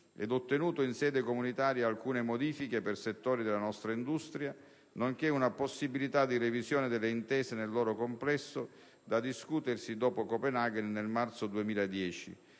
ha ottenuto in sede comunitaria alcune modifiche per settori della nostra industria, nonché una possibilità di revisione delle intese nel loro complesso, da discutersi dopo Copenaghen, nel marzo 2010,